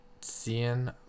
seeing